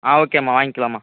ஆ ஓகேம்மா வாங்கிகிலாம்மா